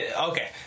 okay